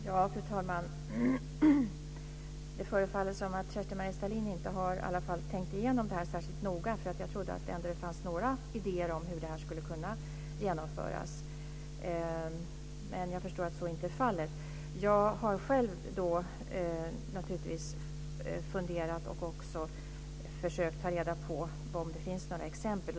Fru talman! Det förefaller som att Kerstin-Maria Stalin i alla fall inte har tänkt igenom det här särskilt noga. Jag trodde att det ändå fanns några idéer om hur det här skulle kunna genomföras, men jag förstår att så inte är fallet. Jag har naturligtvis själv funderat och också försökt ta reda på om det finns några exempel.